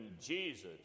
Jesus